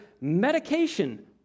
medication